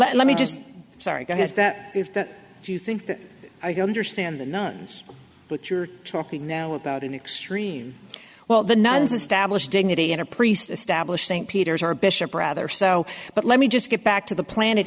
let me just sorry to have that if that you think that i don't understand the nuns but you're talking now about an extreme well the nuns established dignity in a priest established st peter's our bishop rather so but let me just get back to the planet